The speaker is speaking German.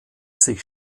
sich